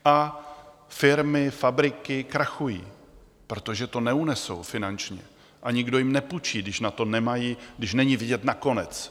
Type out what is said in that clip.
A firmy, fabriky krachují, protože to neunesou finančně, a nikdo jim nepůjčí, když na to nemají, když není vidět na konec.